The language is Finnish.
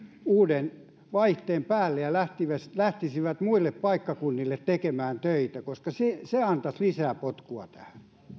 uuden vaihteen päälle ja lähtisivät muille paikkakunnille tekemään töitä koska se se antaisi lisää potkua tähän